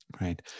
Right